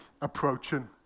approaching